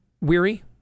weary